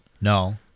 No